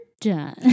done